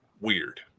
weird